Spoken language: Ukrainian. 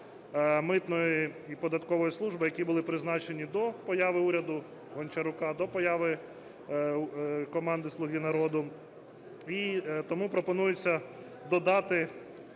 митної і податкової служб, які були призначені до появи уряду Гончарука, до появи команди "Слуга народу". Тому пропонується додати